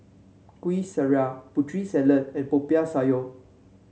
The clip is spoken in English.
Kuih Syara Putri Salad and Popiah Sayur